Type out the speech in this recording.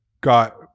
got